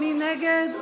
מי נגד?